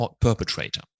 perpetrator